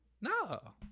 no